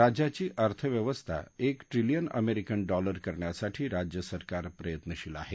राज्याची अर्थव्यवस्था एक ट्रिलियन अमेरिकन डॉलर करण्यासाठी राज्य सरकार प्रयत्नशील आहे